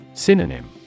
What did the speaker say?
Synonym